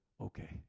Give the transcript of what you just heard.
okay